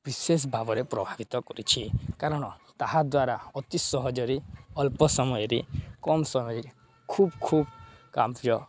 ବିଶେଷ ଭାବରେ ପ୍ରଭାବିତ କରିଛି କାରଣ ତାହାଦ୍ୱାରା ଅତି ସହଜରେ ଅଳ୍ପ ସମୟରେ କମ୍ ସମୟରେ ଖୁବ୍ ଖୁବ୍ କାମପ୍ରିୟ